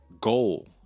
goal